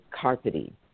carpeting